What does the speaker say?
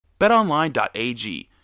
BetOnline.ag